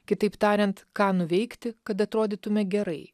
kitaip tariant ką nuveikti kad atrodytume gerai